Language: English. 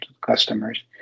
customers